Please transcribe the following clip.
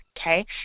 okay